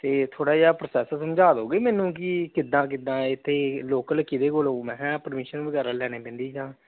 ਅਤੇ ਥੋੜ੍ਹਾ ਜਿਹਾ ਪ੍ਰੋਸੈਸ ਸਮਝਾ ਦਿਓਗੇ ਮੈਨੂੰ ਕਿ ਕਿੱਦਾਂ ਕਿੱਦਾਂ ਇੱਥੇ ਲੋਕਲ ਕਿਹਦੇ ਕੋਲੋਂ ਮੈਂ ਕਿਹਾ ਪਰਮਿਸ਼ਨ ਵਗੈਰਾ ਲੈਣੇ ਪੈਂਦੀ ਜਾਂ